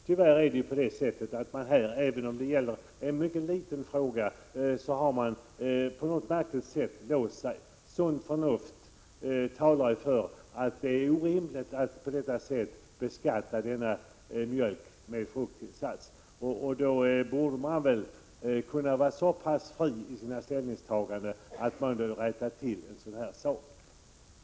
Tyvärr har man, trots att det här gäller en mycket liten fråga, på något märkligt sätt låst sig. Sunt förnuft talar för att det är orimligt att på detta sätt beskatta mjölk med frukttillsats. Då borde man väl kunna vara så fri i sitt ställningstagande att man kunde rätta till det.